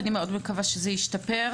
אני מאוד מקווה שזה ישתפר.